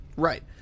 Right